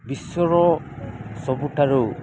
ବିଶ୍ୱର ସବୁଠାରୁ